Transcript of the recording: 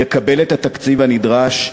יקבל את התקציב הנדרש,